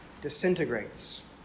disintegrates